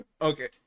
okay